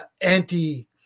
anti